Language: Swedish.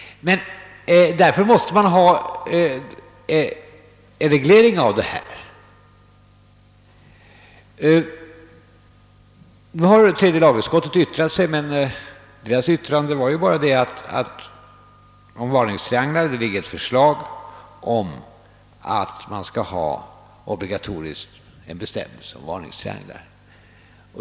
Därför måste man ha en reglering av detta. Nu har tredje lagutskottet yttrat sig, men dess yttrande var ju bara ett påpekande att det beträffande varningstrianglar föreligger ett förslag om en obligatorisk bestämmelse om varningstrianglar.